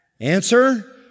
Answer